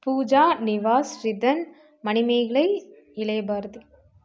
Pooja Nivas Ridhan Manimekalai Ilaya Bharathi